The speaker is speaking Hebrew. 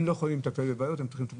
הם לא יכולים לטפל בבעיות, הם צריכים לטפל